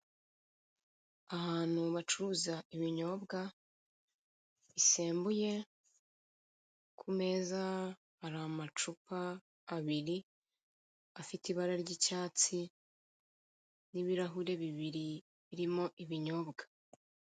Ahantu bacuruza ibinyobwa bisembuye ku meza hari amacupa abiri afite ibara ry'icyatsi n'ibirahure bibiri birimo ibinyobwa.